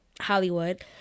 Hollywood